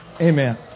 Amen